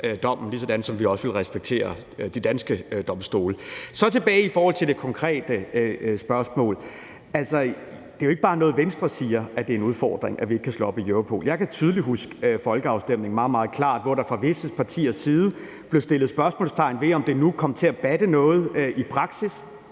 dommen, ligesom vi også ville respektere de danske domstole. Tilbage til det konkrete spørgsmål: Det er jo ikke bare noget, Venstre siger, altså at det er en udfordring, at vi ikke kan slå op i Europol. Jeg kan tydeligt huske folkeafstemningen – meget, meget klart – hvor der fra visse partiers side blev sat spørgsmålstegn ved, om det nu kom til at betyde noget i praksis.